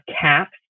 caps